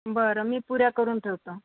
बरं मी पुऱ्या करून ठेवतो